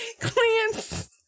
Clance